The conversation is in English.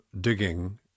digging